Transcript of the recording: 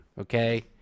Okay